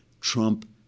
Trump